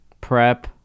Prep